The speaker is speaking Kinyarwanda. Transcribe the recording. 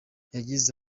yagize